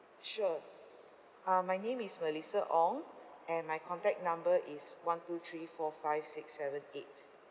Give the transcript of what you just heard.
sure uh my name is melissa ong and my contact number is one two three four five six seven eight